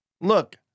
look